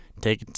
take